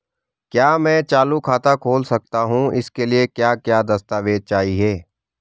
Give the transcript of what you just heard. क्या मैं चालू खाता खोल सकता हूँ इसके लिए क्या क्या दस्तावेज़ चाहिए?